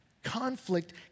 Conflict